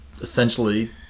essentially